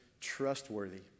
trustworthy